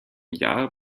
jahr